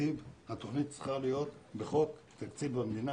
התוכנית צריכה להיות בחוק תקציב המדינה.